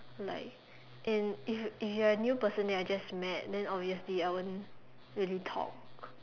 like and if if you are a new person that I just met then I obviously I won't really talk